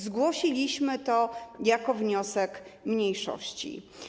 Zgłosiliśmy to jako wniosek mniejszości.